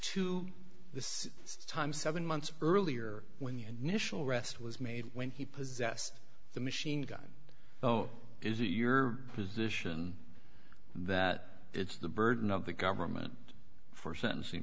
to this time seven months earlier when he and michelle rest was made when he possessed the machine gun so is it your position that it's the burden of the government for sentencing